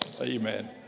amen